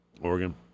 Oregon